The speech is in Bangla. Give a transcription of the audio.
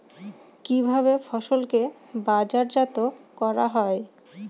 কিভাবে ফসলকে বাজারজাত করা হয়?